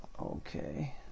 Okay